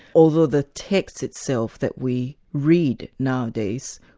although the text itself that we read nowadays,